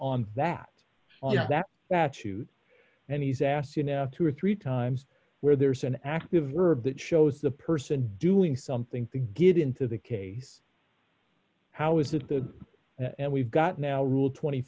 on that that that too and he's asked you know two or three times where there's an active verb that shows the person doing something to get into the case how is that the and we've got now rule twenty